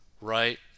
right